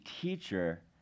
teacher